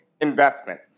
investment